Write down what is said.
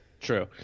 True